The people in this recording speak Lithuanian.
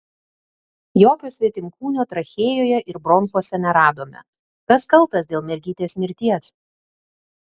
jokio svetimkūnio trachėjoje ir bronchuose neradome kas kaltas dėl mergytės mirties